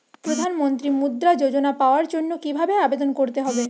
প্রধান মন্ত্রী মুদ্রা যোজনা পাওয়ার জন্য কিভাবে আবেদন করতে হবে?